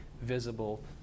visible